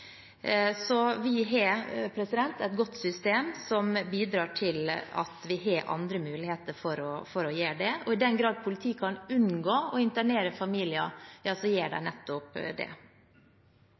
Så vi har et godt system som bidrar til at vi har andre muligheter for å gjøre det. I den grad politiet kan unngå å internere familier, gjør de